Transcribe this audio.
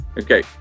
Okay